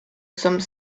some